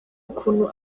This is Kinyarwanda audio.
ukuntu